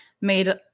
made